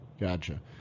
Gotcha